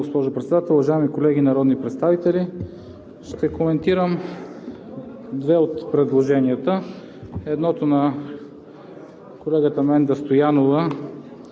госпожо Председател, уважаеми колеги народни представители! Ще коментирам две от предложенията. Едното е на колегата Менда Стоянова